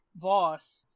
Voss